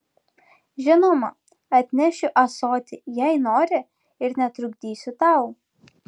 žinoma atnešiu ąsotį jei nori ir netrukdysiu tau